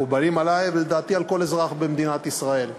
מקובלים עלי ולדעתי על כל אזרח במדינת ישראל.